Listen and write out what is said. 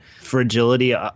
fragility